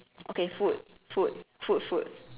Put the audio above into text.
okay food food food food